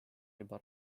juba